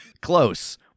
Close